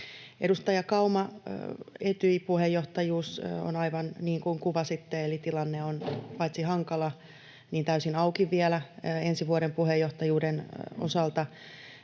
Edustaja Kauma, Etyj-puheenjohtajuus: On aivan niin kuin kuvasitte, eli tilanne on paitsi hankala myös täysin auki vielä ensi vuoden puheenjohtajuuden osalta.